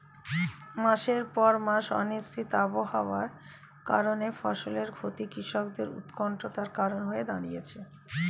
মাসের পর মাস অনিশ্চিত আবহাওয়ার কারণে ফসলের ক্ষতি কৃষকদের উৎকন্ঠার কারণ হয়ে দাঁড়িয়েছে